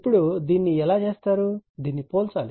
ఇప్పుడు దీన్ని ఎలా చేస్తారు దీన్ని పోల్చాలి